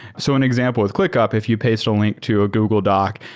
so an example with clickup, if you paste a link to a google doc,